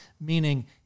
Meaning